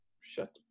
shut